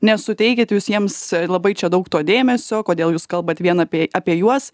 nesuteikit jūs jiems labai čia daug to dėmesio kodėl jūs kalbat vien apie apie juos